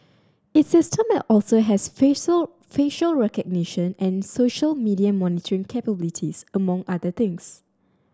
its system also has facial recognition and social media monitoring capabilities among other things